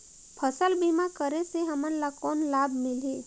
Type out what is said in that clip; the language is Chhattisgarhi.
फसल बीमा करे से हमन ला कौन लाभ मिलही?